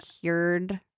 cured